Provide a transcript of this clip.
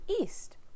east